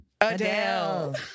Adele